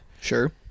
sure